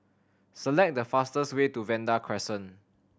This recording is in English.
select the fastest way to Vanda Crescent